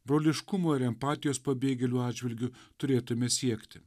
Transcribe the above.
broliškumo ir empatijos pabėgėlių atžvilgiu turėtume siekti